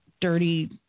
Dirty